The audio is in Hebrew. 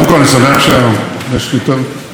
אני שמח שיש יותר הקשבה.